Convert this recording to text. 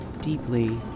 deeply